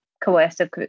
coercive